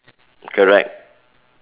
correct